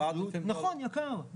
נכון, יקר.